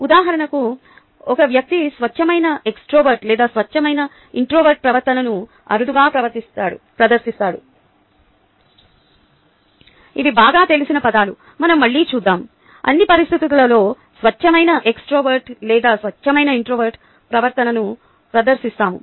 ఉదాహరణకు ఒక వ్యక్తి స్వచ్ఛమైన ఎక్స్ట్రావర్ట్extrovert లేదా స్వచ్ఛమైన ఇంట్రోవర్ట్ ప్రవర్తనను అరుదుగా ప్రదర్శిస్తాడు ఇవి బాగా తెలిసిన పదాలు మనం మళ్ళీ చూద్దాం అన్ని పరిస్థితులలో స్వచ్ఛమైన ఎక్స్ట్రావర్ట్ లేదా స్వచ్ఛమైన ఇంట్రోవర్ట్ ప్రవర్తనను ప్రదర్శిస్తాము